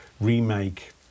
remake